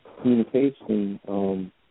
communication